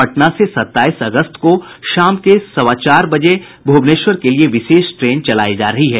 पटना से सत्ताईस अगस्त को शाम के सवा चार बजे भुवनेश्वर के लिये विशेष ट्रेन चलायी जा रही है